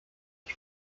ich